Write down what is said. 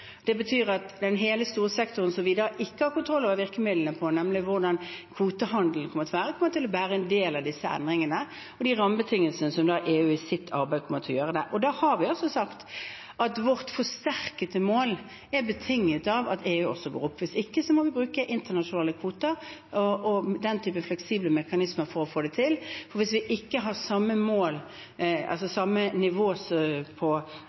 Det betyr at hele den store sektoren hvor vi ikke har kontroll på virkemidlene, nemlig hvordan kvotehandelen kommer til å være, kommer til å være en del av disse endringene og de rammebetingelsene som EU i sitt arbeid kommer til å sette. Da har vi sagt at vårt forsterkede mål er betinget av at EU også går opp – hvis ikke må vi bruke internasjonale kvoter og den slags fleksible mekanismer for å få det til. Hvis EU og Norge ikke har samme